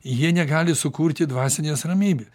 jie negali sukurti dvasinės ramybės